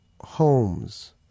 homes